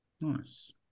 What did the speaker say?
nice